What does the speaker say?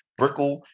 Brickle